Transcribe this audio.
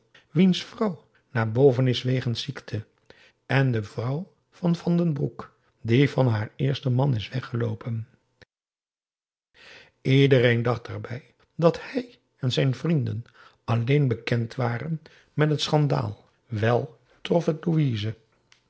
wiens vrouw naar boven is wegens ziekte en de vrouw van van den broek die van haar eersten man is weggeloopen iedereen dacht daarbij dat hij en zijn vrienden alleen bekend waren met het schandaal wèl trof het